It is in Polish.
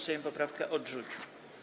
Sejm poprawkę odrzucił.